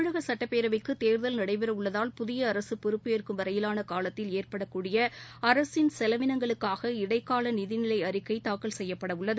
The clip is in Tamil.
தமிழக சுட்டப்பேரவைக்கு தேர்தல் நடைபெற உள்ளதால் புதிய அரசு பொறுப்பு ஏற்கும் வரையிலான காலத்தில் ஏற்படக்கூடிய அரசின் செலவிளங்களுக்காக இடைக்கால நிதி நிலை அறிக்கை தாக்கல் செய்யப்பட உள்ளது